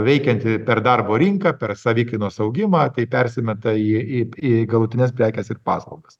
veikianti per darbo rinką per savikainos augimą kai persimeta į į į galutines prekes ir paslaugas